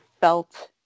felt